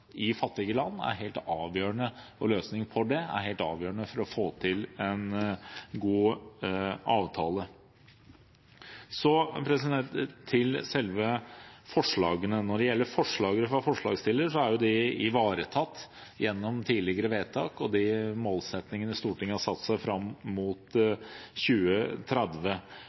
er helt avgjørende for å få til en god avtale. Så til selve forslagene. Når det gjelder forslagene fra forslagsstiller, er de ivaretatt gjennom tidligere vedtak og de målsettingene Stortinget har satt seg fram mot